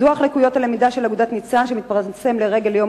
דוח לקויות הלמידה של אגודת "ניצן" שמתפרסם לרגל יום